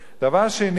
דבר שני,